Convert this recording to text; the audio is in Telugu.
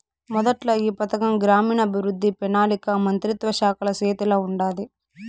మొదట్ల ఈ పథకం గ్రామీణాభవృద్ధి, పెనాలికా మంత్రిత్వ శాఖల సేతిల ఉండాది